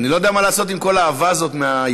אני לא יודע מה לעשות עם כל האהבה הזאת מהימין.